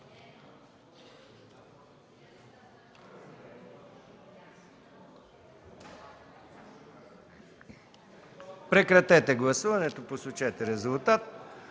Прекратете гласуването, посочете резултат.